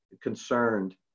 concerned